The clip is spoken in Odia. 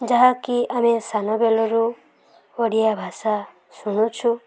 ଯାହାକି ଆମେ ସାନ ବେଳରୁ ଓଡ଼ିଆ ଭାଷା ଶୁଣୁଛୁ